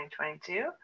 2022